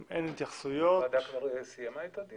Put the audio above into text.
אם אין התייחסויות --- הוועדה כבר סיימה את הדיון?